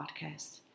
podcast